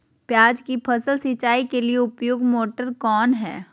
प्याज की फसल सिंचाई के लिए उपयुक्त मोटर कौन है?